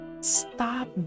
Stop